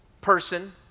person